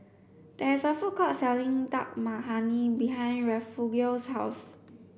there is a food court selling Dal Makhani behind Refugio's house